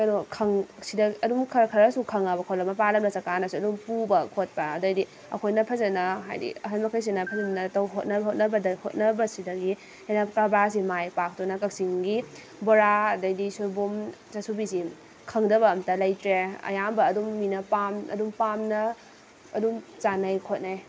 ꯀꯩꯅꯣ ꯁꯤꯗ ꯑꯗꯨꯝ ꯈꯔ ꯈꯔꯁꯨ ꯈꯪꯉꯛꯑꯕ ꯈꯣꯠꯂꯛꯑꯕ ꯃꯄꯥꯟ ꯂꯝꯗ ꯆꯠꯀꯥꯟꯗꯁꯨ ꯑꯗꯨꯝ ꯄꯨꯕ ꯈꯣꯠꯄ ꯑꯗꯩꯗꯤ ꯑꯩꯈꯣꯏꯅ ꯐꯖꯅ ꯍꯥꯏꯗꯤ ꯑꯍꯟ ꯃꯈꯩꯁꯤꯅ ꯐꯖꯅ ꯍꯣꯠꯅ ꯍꯣꯠꯅꯕꯁꯤꯗꯒꯤ ꯍꯦꯟꯅ ꯀꯔꯕꯥꯔꯁꯤ ꯃꯥꯏ ꯄꯥꯛꯇꯨꯅ ꯀꯛꯆꯤꯡꯒꯤ ꯕꯣꯔꯥ ꯑꯗꯩꯗꯤ ꯁꯣꯏꯕꯨꯝ ꯆꯥꯁꯨꯕꯤꯁꯤ ꯈꯪꯗꯕ ꯑꯝꯇ ꯂꯩꯇ꯭ꯔꯦ ꯑꯌꯥꯝꯕ ꯑꯗꯨꯝ ꯃꯤꯅ ꯑꯗꯨꯝ ꯄꯥꯝꯅ ꯑꯗꯨꯝ ꯆꯥꯟꯅꯩ ꯈꯣꯠꯅꯩ